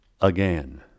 again